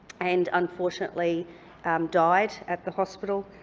and unfortunately died at the hospital,